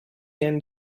end